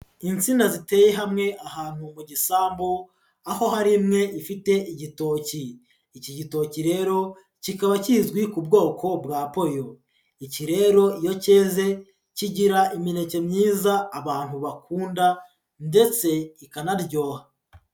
Insina ziteye hamwe ahantu mu gisambu aho hari imwe ifite igitoki, iki gitoki rero kikaba kizwi ku bwoko bwa poyo, iki rero iyo cyeze kigira imineke myiza abantu bakunda ndetse ikanaryoha.